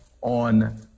on